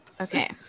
Okay